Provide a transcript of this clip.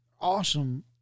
Awesome